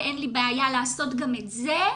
ואין לי בעיה לעשות גם את זה,